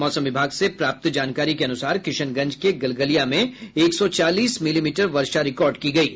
मौसम विभाग से प्राप्त जानकारी के अनुसार किशनगंज के गलगलिया में एक सौ चालीस मिलीमीटर वर्षा रिकॉर्ड की गयी